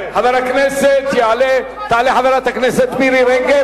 אנחנו לא בבחירות עכשיו.